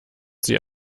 sie